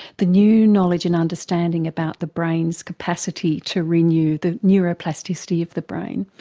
the new knowledge and understanding about the brain's capacity to renew the neuroplasticity of the brain?